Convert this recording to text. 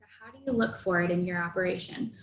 how do you look for it in your operation?